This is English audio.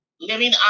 Living